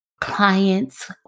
clients